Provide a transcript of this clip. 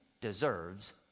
deserves